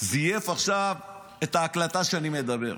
זייף עכשיו את ההקלטה שאני מדבר.